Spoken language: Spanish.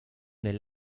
del